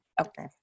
Okay